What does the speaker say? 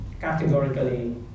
categorically